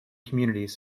communities